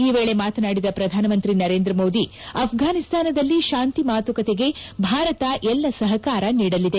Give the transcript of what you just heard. ಈ ವೇಳೆ ಮಾತನಾಡಿದ ಪ್ರಧಾನಮಂತ್ರಿ ನರೇಂದ್ರ ಮೋದಿ ಅಫ್ಫಾನಿಸ್ತಾನದಲ್ಲಿ ಶಾಂತಿ ಮಾತುಕತೆಗೆ ಭಾರತ ಎಲ್ಲ ಸಹಕಾರ ನೀಡಲಿದೆ